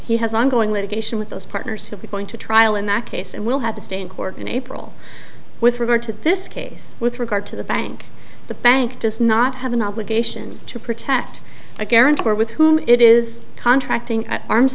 he has ongoing litigation with those partners who are going to trial in that case and will have to stay in court in april with regard to this case with regard to the bank the bank does not have an obligation to protect a guarantor with whom it is contracting a